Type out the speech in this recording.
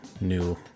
new